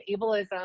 ableism